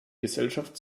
gesellschaft